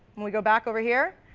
when we go back over here,